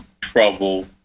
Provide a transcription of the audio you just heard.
trouble